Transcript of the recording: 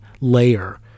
layer